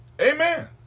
Amen